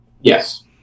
Yes